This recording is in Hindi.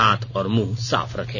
हाथ और मुंह साफ रखें